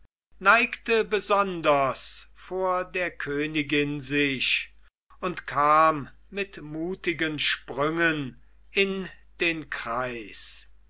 neigte besonders vor der königin sich und kam mit mutigen sprüngen in den kreis